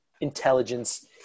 intelligence